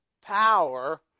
power